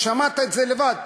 שמעת את זה לבד: